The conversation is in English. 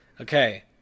okay